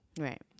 Right